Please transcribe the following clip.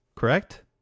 Correct